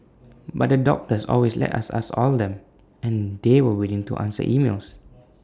but the doctors always let us ask all them and they were willing to answer emails